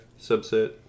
subset